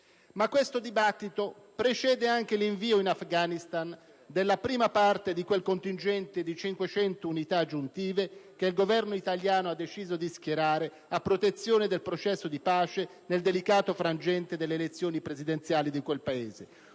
Questo dibattito, però, precede anche l'invio in Afghanistan della prima parte di quel contingente di 500 unità aggiuntive che il Governo italiano ha deciso di schierare a protezione del processo di pace nel delicato frangente delle elezioni presidenziale di quel Paese.